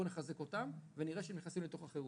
בואו נחזק אותם ונראה שהם נכנסים לתוך החירום,